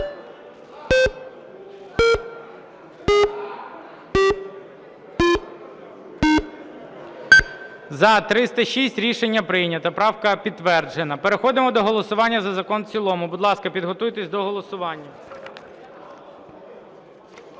За-306 Рішення прийнято. Правка підтверджена. Переходимо до голосування за закон в цілому. Будь ласка, підготуйтесь до голосування.